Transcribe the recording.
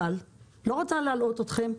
אני לא רוצה להלאות אתכם,